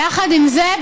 יחד עם זה,